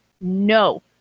No